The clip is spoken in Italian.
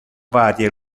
varie